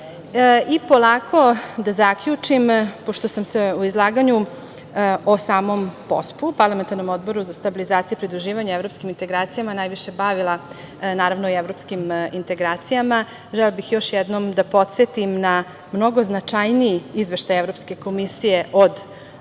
sazivu. Polako da zaključim, pošto sam se u izlaganju o samom POSP-u, Parlamentarnom odboru za stabilizaciju i pridruživanje evropskim integracijama, najviše bavila naravno i evropskim integracijama, želela bih još jednom da podsetim na mnogo značajniji Izveštaj Evropske komisije od